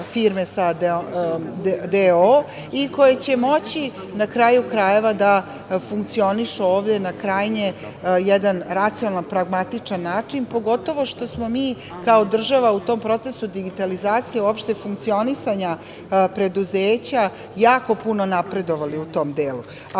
firme sa d.o.o. i koje će moći, na kraju krajeva, da funkcionišu ovde na krajnje jedan racionalno, pragmatičan način, pogotovo što smo mi kao država u tom procesu digitalizacije uopšte funkcionisanja preduzeća jako puno napredovali u tom delu. Posle